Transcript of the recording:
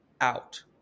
out